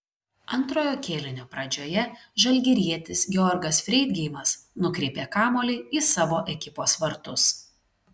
antrojo kėlinio pradžioje žalgirietis georgas freidgeimas nukreipė kamuolį į savo ekipos vartus